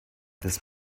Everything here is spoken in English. this